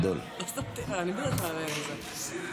בבקשה.